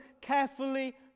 carefully